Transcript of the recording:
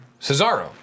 Cesaro